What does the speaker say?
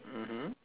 mmhmm